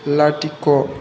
लाथिख'